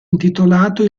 intitolato